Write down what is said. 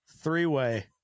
three-way